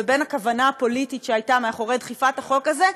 ובין הכוונה הפוליטית שהייתה מאחורי דחיפת החוק הזה,